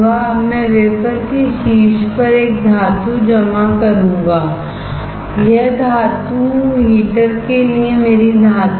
अब मैं वेफर के शीर्ष पर एक धातु जमा करूंगा और यह धातु हीटर के लिए मेरी धातु है